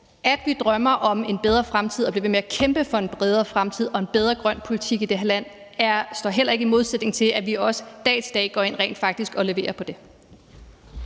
At vi drømmer om en bedre fremtid og bliver ved med at kæmpe for en bedre fremtid og en bedre grøn politik i det her land, står heller ikke i modsætning til, at vi også dag til dag går ind og rent faktisk leverer på det.